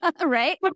Right